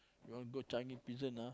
you want to go Changi Prison ah